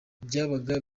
byabaga